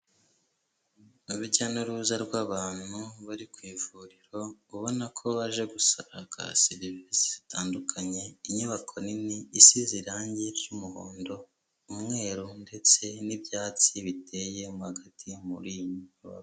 Urujya n'uruza rw'abantu bari ku ivuriro ubona ko baje gusaka serivisi zitandukanye, inyubako nini isize irangi ry'umuhondo, umweru ndetse n'ibyatsi biteye hagati muri iyi.